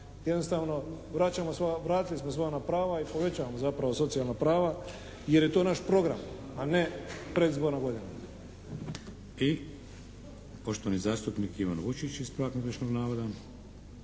sva, vratili smo sva ona prava i povećavamo zapravo socijalna prava jer je to naš program a ne predizborna godina. **Šeks, Vladimir (HDZ)** I poštovani zastupnik Ivan Vučić, ispravak netočnog navoda.